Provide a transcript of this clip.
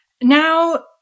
now